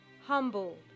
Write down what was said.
humble